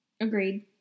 Agreed